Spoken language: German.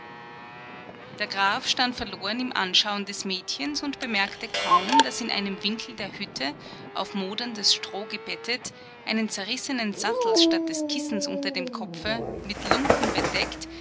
der graf stand verloren im anschaun des mädchens und bemerkte kaum daß in einem winkel der hütte auf moderndes stroh gebettet einen zerrissenen sattel statt des kissens unter dem kopfe mit lumpen bedeckt